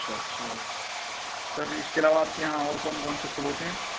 اچھا اچھا سر اس کے علاوہ آپ کے یہاں اور کون کون سے پھول ہوتے ہیں